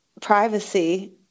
privacy